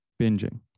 binging